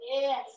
Yes